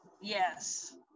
Yes